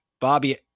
bobby